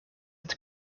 het